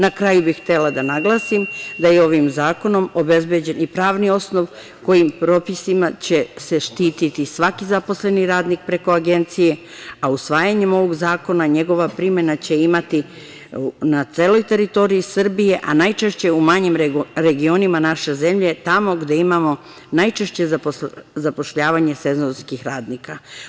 Na kraju, htela bih da naglasim da je ovim zakonom obezbeđen i pravni osnov, kojim propisima će se štititi svaki zaposleni radnik preko agencije, a usvajanjem ovog zakona, njegova primena će imati na celoj teritoriji Srbije, a najčešće u manjim regionima naše zemlje, tamo gde imamo najčešće zapošljavanje sezonskih radnika.